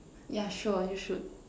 yeah sure you should